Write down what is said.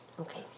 Okay